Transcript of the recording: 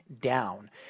down